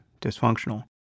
dysfunctional